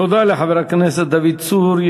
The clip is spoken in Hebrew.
תודה לחבר הכנסת דוד צור.